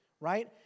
right